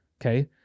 Okay